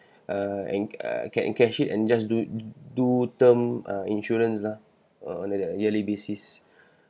uh and uh can encash it and just do do term uh insurance lah err under a yearly basis